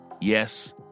Yes